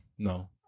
No